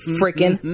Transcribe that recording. freaking